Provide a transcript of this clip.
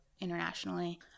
internationally